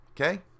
Okay